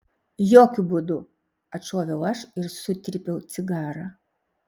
jokiu būdu atšoviau aš ir sutrypiau cigarą